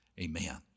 Amen